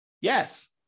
Yes